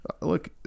Look